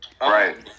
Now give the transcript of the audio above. Right